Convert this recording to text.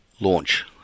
launch